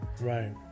right